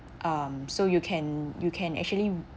um so you can you can actually